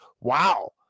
Wow